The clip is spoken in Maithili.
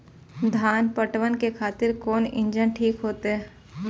धान पटवन के खातिर कोन इंजन ठीक होते?